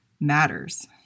matters